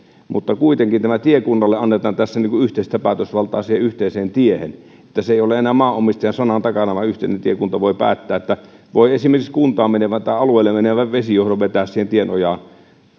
mutta kuitenkin tiekunnalle annetaan tässä yhteistä päätösvaltaa siihen yhteiseen tiehen niin että se ei ole enää maanomistajan sanan takana vaan yhteinen tiekunta voi päättää että voi esimerkiksi kuntaan menevän tai alueelle menevän vesijohdon vetää siihen tieojaan